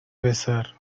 besar